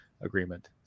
agreement